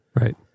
right